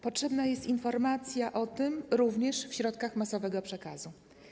Potrzebna jest informacja o tym również w środkach masowego przekazu.